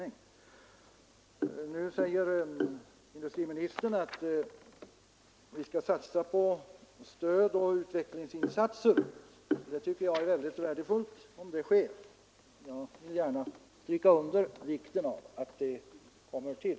Nu säger industriministern att man skall satsa på stödoch utvecklingsinsatser. Det tycker jag är mycket värdefullt. Jag vill gärna stryka under vikten av att sådana insatser kommer till.